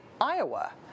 Iowa